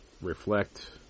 reflect